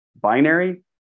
binary